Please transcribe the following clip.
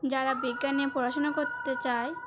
যারা বিজ্ঞান নিয়ে পড়াশোনা করতে চায়